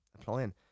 applying